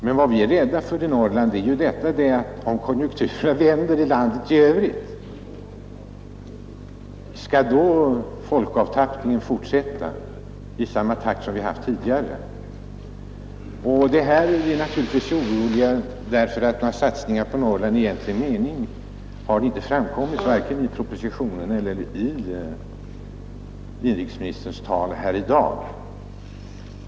Men det som oroar oss i Norrland är frågan: Om konjunkturerna vänder i landet i övrigt, skall då folkavtappningen fortsätta i samma takt som tidigare? Vi är oroliga därför att några satsningar på Norrland i egentlig mening inte har framkommit vare sig i propositionen eller i inrikesministerns tal här i dag.